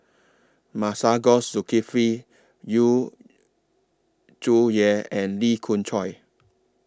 Masagos Zulkifli Yu Zhuye and Lee Khoon Choy